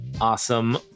awesome